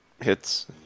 hits